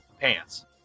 pants